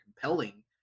compelling